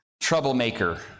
troublemaker